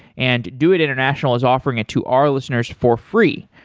and doit international is offering it to our listeners for free.